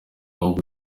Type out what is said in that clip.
ahubwo